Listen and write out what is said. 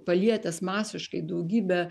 palietęs masiškai daugybę